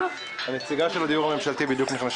אני מן הדיור הממשלתי.